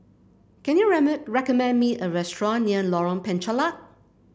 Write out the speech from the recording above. can you recommend me a restaurant near Lorong Penchalak